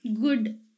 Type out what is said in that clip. good